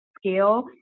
scale